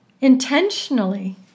intentionally